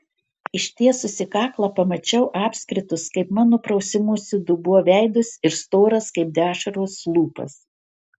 ištiesusi kaklą pamačiau apskritus kaip mano prausimosi dubuo veidus ir storas kaip dešros lūpas